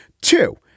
Two